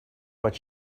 what